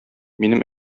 минем